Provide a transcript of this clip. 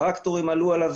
טרקטורים עלו עליו,